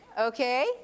Okay